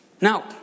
Now